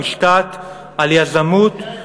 על יזמות,